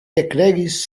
ekregis